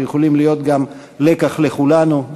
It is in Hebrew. שיכולים להיות גם לקח לכולנו,